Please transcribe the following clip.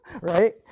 right